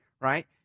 Right